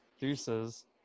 deuces